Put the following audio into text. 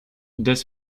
des